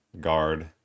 guard